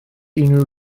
unrhyw